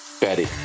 Betty